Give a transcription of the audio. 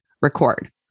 record